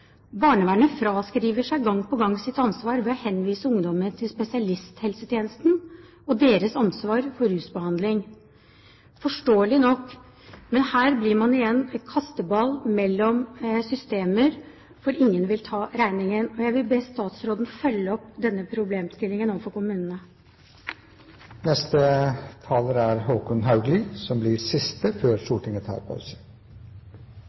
Barnevernet fraskriver seg gang på gang sitt ansvar ved å henvise ungdommen til spesialisthelsetjenesten og deres ansvar for rusbehandling. Forståelig nok, men her blir man igjen en kasteball mellom systemer, fordi ingen vil ta regningen. Jeg vil be statsråden følge opp denne problemstillingen overfor kommunene.